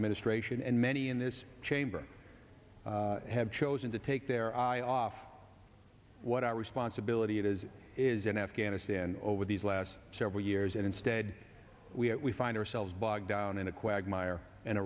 administration and many in this chamber have chosen to take their eye off what our responsibility is is in afghanistan over these last several years and instead we find ourselves bogged down in a quagmire in